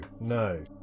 no